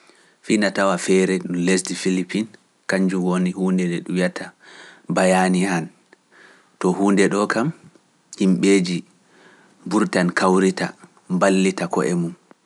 Fii ina tawa feere ndu lesdi Filipin, kañjum woni huunde nde wi’ata Bayani han, to huunde ɗo kam yimɓeeji ɓurtan kawrita mballita ko’e mum.